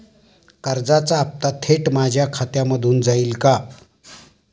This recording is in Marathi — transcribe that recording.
कर्जाचा हप्ता थेट माझ्या खात्यामधून जाईल का?